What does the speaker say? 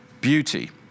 beauty